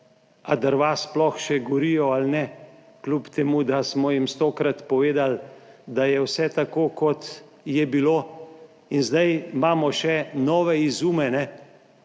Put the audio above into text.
drva sploh še gorijo ali ne, kljub temu, da smo jim stokrat povedali, da je vse tako, kot je bilo in zdaj imamo še nove izume.